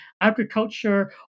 agriculture